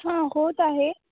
हां होत आहे